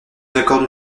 accorde